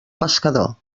pescador